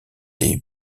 des